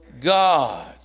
God